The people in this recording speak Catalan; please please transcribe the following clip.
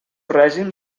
règim